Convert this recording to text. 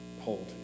hold